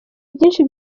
byinshi